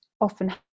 often